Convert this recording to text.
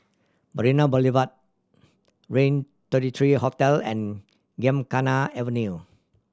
Marina Boulevard Rain thirty three Hotel and Gymkhana Avenue